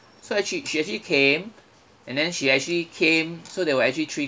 so actually she actually came and then she actually came so there were actually three